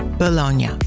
Bologna